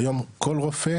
היום כל רופא,